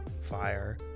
Fire